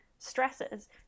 stresses